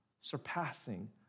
surpassing